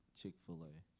Chick-fil-A